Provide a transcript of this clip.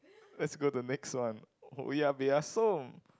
let's go to next one owa peya som